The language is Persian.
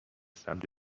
سمت